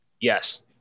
Yes